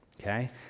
okay